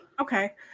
Okay